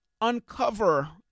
uncover